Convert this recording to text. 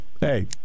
Hey